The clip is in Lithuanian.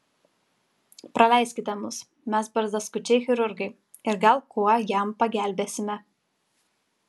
praleiskite mus mes barzdaskučiai chirurgai ir gal kuo jam pagelbėsime